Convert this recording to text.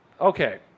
Okay